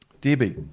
Debbie